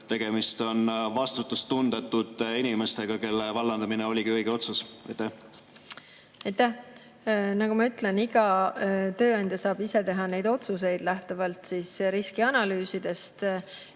tegemist on vastutustundetute inimestega, kelle vallandamine oligi õige otsus? Aitäh! Nagu ma ütlen, iga tööandja saab ise teha neid otsuseid lähtuvalt riskianalüüsidest.